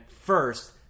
first